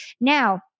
Now